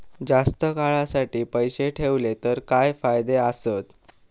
जास्त काळासाठी पैसे ठेवले तर काय फायदे आसत?